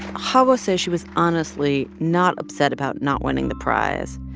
ah xawa says she was honestly not upset about not winning the prize.